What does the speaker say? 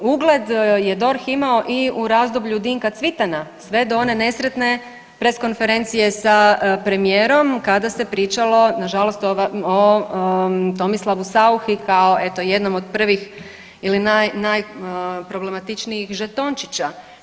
Ugled je DORH imao i u razdoblju Dinka Cvitana sve do one nesretne press konferencije sa premijerom kada se pričalo nažalost o Tomislavu Sauchi kao eto jednom od prvih ili naj, najproblematičnijih žetončića.